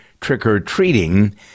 trick-or-treating